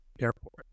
airport